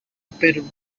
peru